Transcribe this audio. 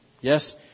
Yes